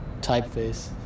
typeface